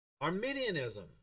Arminianism